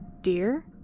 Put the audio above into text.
dear